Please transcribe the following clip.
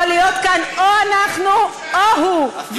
יכול להיות כאן או אנחנו או הוא,